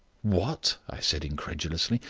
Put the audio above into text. what? i said incredulously,